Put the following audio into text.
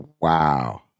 Wow